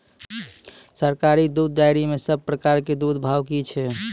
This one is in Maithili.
सरकारी दुग्धक डेयरी मे सब प्रकारक दूधक भाव की छै?